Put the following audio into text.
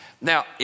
Now